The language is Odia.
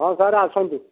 ହଉ ସାର୍ ଆସନ୍ତୁ